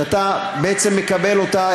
שאתה בעצם מקבל אותה,